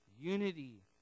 Unity